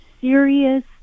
serious